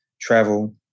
travel